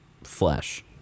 flesh